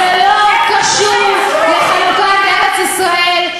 זה לא קשור לחלוקת ארץ-ישראל.